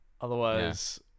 otherwise